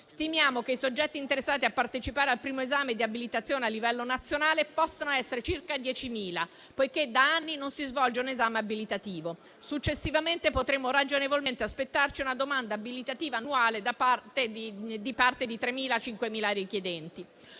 Stimiamo che i soggetti interessati a partecipare al primo esame di abilitazione a livello nazionale possano essere circa 10.000, poiché da anni non si svolge un esame abilitativo; successivamente potremo ragionevolmente aspettarci una domanda abilitativa annuale da parte di 3.000-5.000 richiedenti.